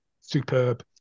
superb